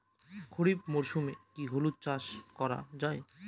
খরিফ মরশুমে কি হলুদ চাস করা য়ায়?